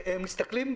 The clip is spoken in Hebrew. העסקים הקטנים טענו,